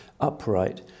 upright